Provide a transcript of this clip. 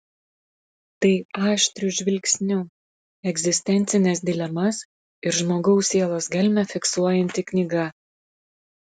tai aštriu žvilgsniu egzistencines dilemas ir žmogaus sielos gelmę fiksuojanti knyga